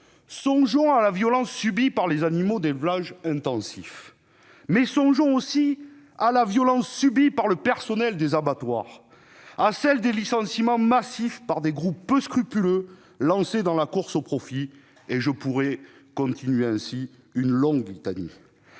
Songeons à la violence subie par les animaux d'élevage intensif. Mais songeons aussi à la violence subie par le personnel des abattoirs ou à celle des licenciements massifs par des groupes peu scrupuleux lancés dans la course au profit. Je pourrais égrener de nombreux exemples.